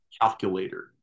calculator